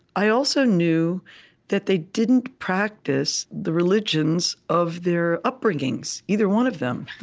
i also knew that they didn't practice the religions of their upbringings, either one of them.